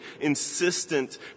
insistent